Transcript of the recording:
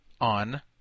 on